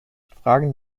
fragen